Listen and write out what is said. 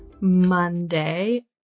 Monday